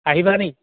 আহিবা নেকি